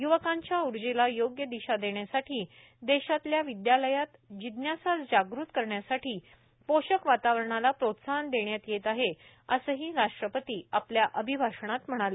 युवकांच्या उर्जेला योग्य दिशा देण्यासाठी देशातल्या विद्यालयात जिन्नासा जागृत करण्यासाठी पोषक वातावरणाला प्रोत्साहन देण्यात येत आहे असंही राष्ट्रपती आपल्या अभिभाषणात म्हणाले